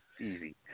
easy